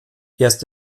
erst